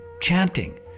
chanting